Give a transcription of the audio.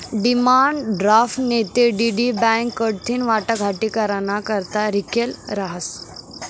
demand draft नैते DD bank कडथीन वाटाघाटी कराना करता लिखेल रहास